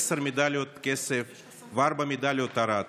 עשר מדליות כסף וארבע מדליות ארד.